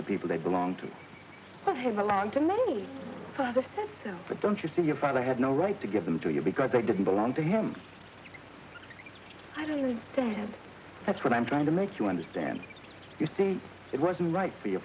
the people they belong to but have allowed to move but don't you see your father had no right to give them to you because they didn't belong to him i don't read to him that's what i'm trying to make you understand you see it wasn't right for your